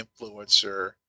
influencer